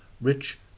rich